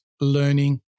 learning